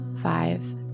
Five